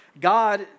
God